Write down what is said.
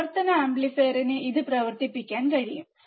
പ്രവർത്തന ആംപ്ലിഫയറിന് ഇത് പ്രവർത്തിപ്പിക്കാൻ കഴിയും